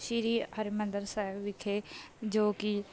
ਸ਼੍ਰੀ ਹਰਿਮੰਦਰ ਸਾਹਿਬ ਵਿਖੇ ਜੋ ਕਿ